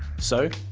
so,